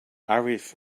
arif